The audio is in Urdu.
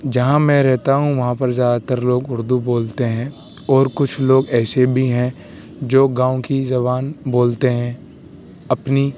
جہاں میں رہتا ہوں وہاں پر زیادہ تر لوگ اردو بولتے ہیں اور کچھ لوگ ایسے بھی ہیں جو گاؤں کی زبان بولتے ہیں اپنی